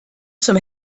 zum